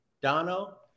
Dono